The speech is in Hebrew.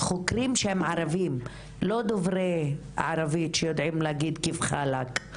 חוקרים שהם ערבים ולא דוברי ערבית שיודעים להגיד מה שלומך בערבית.